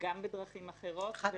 גם בדרכים אחרות,